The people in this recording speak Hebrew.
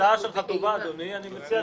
ההצעה שלך טובה, אדוני, אני מציע